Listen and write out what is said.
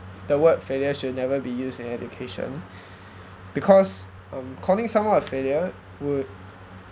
the word failure should never be used in education because um calling someone a failure would